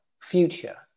future